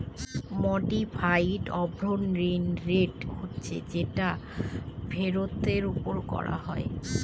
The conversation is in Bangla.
মডিফাইড অভ্যন্তরীন রেট হচ্ছে যেটা ফেরতের ওপর করা হয়